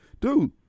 dude